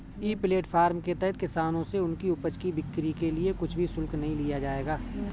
ई platform के तहत किसानों से उनकी उपज की बिक्री के लिए कुछ भी शुल्क नहीं लिया जाएगा